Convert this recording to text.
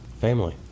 family